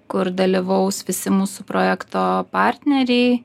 kur dalyvaus visi mūsų projekto partneriai